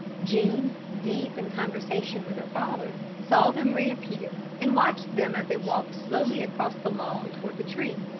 jean, deep in conversation with her father, saw them reappear, and watched them as they walked slowly across the lawn toward the trees,